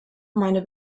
meine